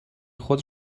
خود